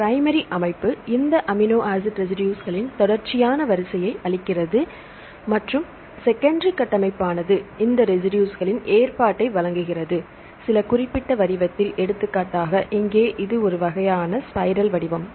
எனவே பிரைமரி அமைப்பு இந்த அமினோ ஆசிட் ரெசிடுஸ்களின் தொடர்ச்சியான வரிசையை அளிக்கிறது மற்றும் செகண்டரி கட்டமைப்பானது இந்த ரெசிடுஸ்களின் ஏற்பாட்டை வழங்குகிறது சில குறிப்பிட்ட வடிவத்தில் எடுத்துக்காட்டாக இங்கே இது ஒரு வகையான ஸ்பைரல் வடிவம்